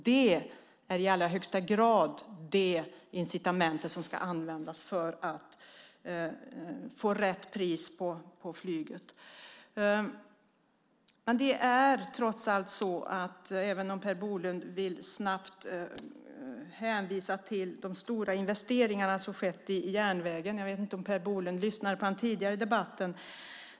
Det är i allra högsta grad det incitament som ska användas för att få rätt pris på flyget. Per Bolund hänvisar till de stora investeringarna som skett i järnvägen. Jag vet inte om Per Bolund lyssnade på den tidigare debatten.